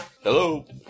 Hello